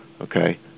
okay